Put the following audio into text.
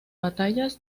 batallas